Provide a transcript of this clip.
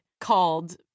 called